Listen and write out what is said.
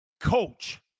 coach